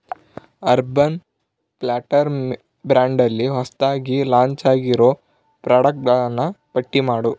urban Platter ಬ್ರ್ಯಾಂಡಲ್ಲಿ ಹೊಸದಾಗಿ ಲಾಂಚಾಗಿರೋ ಪ್ರಾಡಕ್ಟ್ಗಳನ್ನು ಪಟ್ಟಿ ಮಾಡು